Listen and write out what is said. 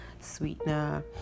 sweetener